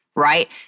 right